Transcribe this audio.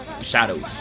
Shadows